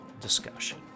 discussion